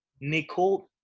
Nicole